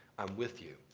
i'm with you,